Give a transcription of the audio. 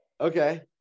Okay